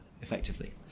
effectively